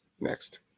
next